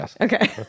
Okay